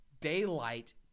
Daylight